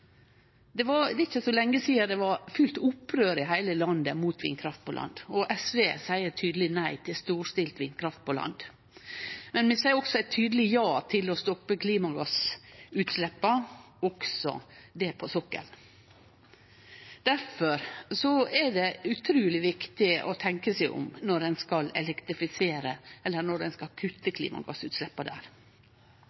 ikkje så lenge sidan det var fullt opprør i heile landet mot vindkraft på land, og SV seier tydeleg nei til storstilt vindkraft på land. Men vi seier også eit tydeleg ja til å stoppe klimagassutsleppa, også dei på sokkelen. Difor er det utruleg viktig å tenkje seg om når ein skal elektrifisere, eller når ein skal kutte